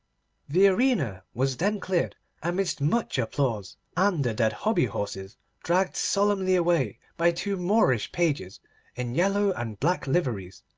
the arena was then cleared amidst much applause, and the dead hobbyhorses dragged solemnly away by two moorish pages in yellow and black liveries,